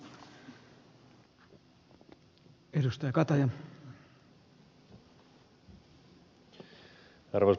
arvoisa puhemies